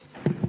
אדוני, בבקשה.